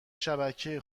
شبکه